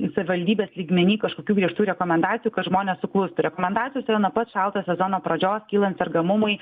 savivaldybės lygmeny kažkokių griežtų rekomendacijų kad žmonės suklustų rekomendacijos yra nuo pat šaltojo sezono pradžios kylant sergamumui